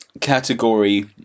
category